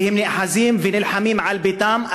כי הם נאחזים ונלחמים על ביתם,